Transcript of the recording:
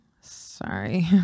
Sorry